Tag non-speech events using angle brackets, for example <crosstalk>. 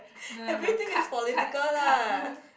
no no no cut cut cut <laughs>